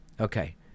Okay